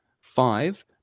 five